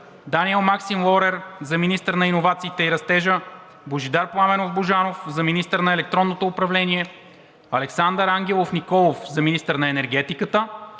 Даниел Максим Лорер – за министър на иновациите и растежа; Божидар Пламенов Божанов – за министър на електронното управление; Александър Ангелов Николов – за министър на енергетиката;